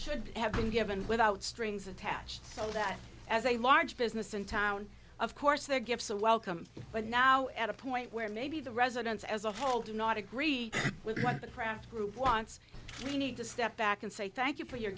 should have been given without strings attached so that as a large business in town of course their gifts are welcome but now at a point where maybe the residents as a whole do not agree with the craft group wants we need to step back and say thank you for your